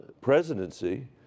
presidency